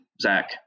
Zach